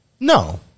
No